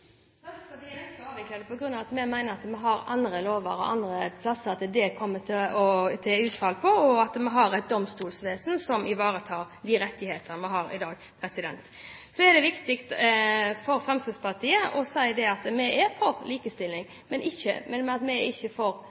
avvikle det på grunn av at vi mener at vi har andre lover og andre steder hvor det kommer til uttrykk, og at vi har et domstolsvesen som ivaretar de rettigheter vi har i dag. Det er viktig for Fremskrittspartiet å si at vi er for likestilling, men vi er ikke for kvotering. Det er